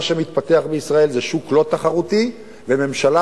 מה שמתפתח בישראל זה שוק לא תחרותי וממשלה